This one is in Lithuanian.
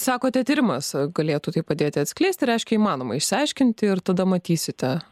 sakote tyrimas galėtų tai padėti atskleisti reiškia įmanoma išsiaiškinti ir tada matysite